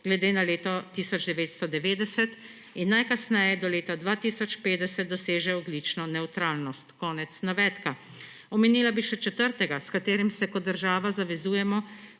glede na leto 1990 in najkasneje do leta 2050 doseže ogljično nevtralnost.« Omenila bi še četrtega, s katerim se kot država zavezujemo